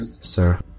sir